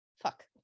Fuck